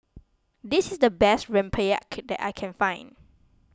this is the best Rempeyek that I can find